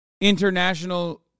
International